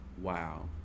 Wow